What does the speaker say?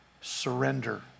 surrender